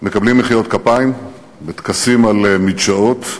מקבלים מחיאות כפיים בטקסים על מדשאות,